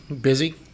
Busy